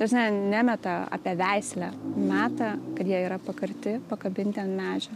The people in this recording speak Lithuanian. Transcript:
ta prasme nemeta apie veislę meta kad jie yra pakarti pakabinti ant medžio